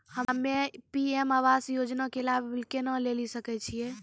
हम्मे पी.एम आवास योजना के लाभ केना लेली सकै छियै?